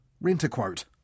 rent-a-quote